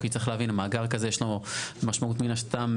כי צריך להבין, מאגר כזה יש לו משמעות, מן הסתם,